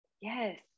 yes